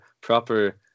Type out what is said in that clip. proper